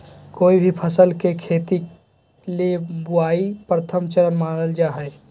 कोय भी फसल के खेती ले बुआई प्रथम चरण मानल जा हय